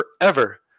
forever